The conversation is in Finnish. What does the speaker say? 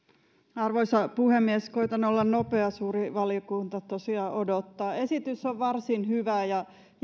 arvoisa puhemies koetan olla nopea suuri valiokunta tosiaan odottaa esitys on varsin hyvä ja